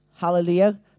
Hallelujah